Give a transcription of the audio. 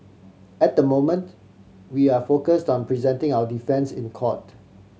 at the moment we are focus on presenting our defence in court